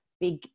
big